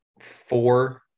four